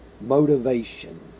motivation